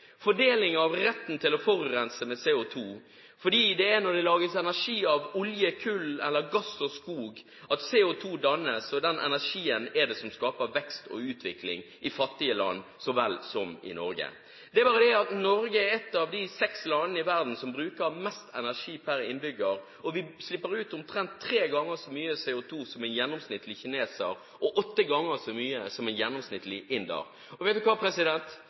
fordeling av retten til å forurense med CO2, fordi det er når det lages energi av olje, kull eller gass og skog, at CO2 dannes, og den energien er det som skaper vekst og utvikling i fattige land så vel som i Norge. Det er bare det at Norge er ett av de seks landene i verden som bruker mest energi per innbygger, og vi slipper ut omtrent tre ganger så mye CO2 som en gjennomsnittlig kineser og åtte ganger så mye som en gjennomsnittlig inder. Og vet du hva, president?